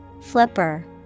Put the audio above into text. Flipper